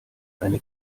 eine